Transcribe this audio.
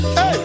hey